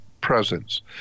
presence